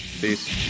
Peace